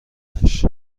بکننش